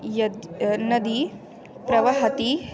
यद् नदी प्रवहति